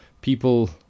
People